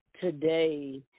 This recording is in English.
today